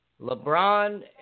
LeBron